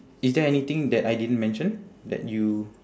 is there anything that I didn't mention that you